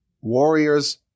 warriors